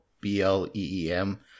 B-L-E-E-M